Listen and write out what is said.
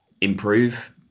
improve